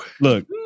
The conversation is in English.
Look